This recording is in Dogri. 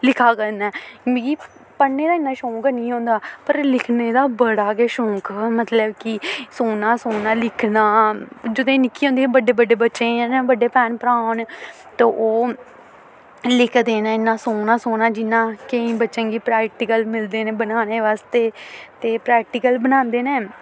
लिखा करना ऐ मिगी पढ़ने दा इन्ना शौक हैन्नी ही होंदा पर लिखने दा बड़ा गै शौक हा मतलब कि सोह्ना सोह्ना लिखना जदूं में निक्की होंदी बड्डे बड्डे बच्चें गी है ना बड्डे भैन भ्रा होने ते ओह् लिखदे न इन्ना सोह्ना सोह्ना जिन्ना केईं बच्चें गी प्रैक्टिकल मिलदे न बनाने बास्तै ते प्रैक्टिकल बनांदे न